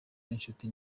n’inshuti